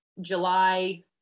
July